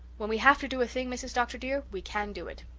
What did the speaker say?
when we have to do a thing, mrs. dr. dear, we can do it.